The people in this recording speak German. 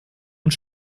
und